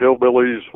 Hillbillies